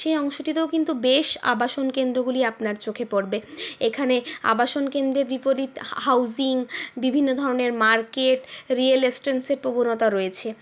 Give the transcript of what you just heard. সেই অংশটিতেও কিন্তু বেশ আবাসন কেন্দ্রগুলি আপনার চোখে পড়বে এখানে আবাসন কেন্দ্রের বিপরীত হাউজিং বিভিন্ন ধরনের মার্কেট রিয়েল এস্টেটের প্রবণতা রয়েছে